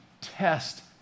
test